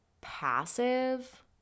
passive